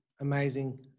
amazing